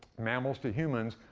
mammals to humans,